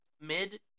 mid